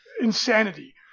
insanity